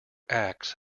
acts